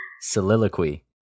Soliloquy